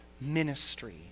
ministry